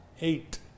eight